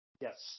Yes